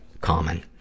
common